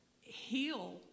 heal